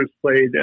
played